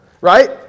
right